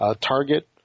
Target